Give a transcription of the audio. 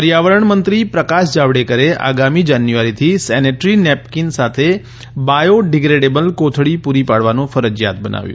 પર્યાવરણ મંત્રી પ્રકાશ જાવડેકરે આગામી જાન્યુઆરીથી સેની રી નેપકીન સાથે બાયોડીગ્રેડેબલ કોથળી પુરી પાડવાનું ફરજીયાત બનાવ્યું